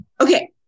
okay